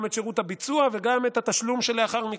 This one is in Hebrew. גם את שירות הביצוע וגם את התשלום שלאחר מכן.